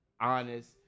honest